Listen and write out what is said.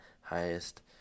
highest